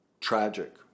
tragic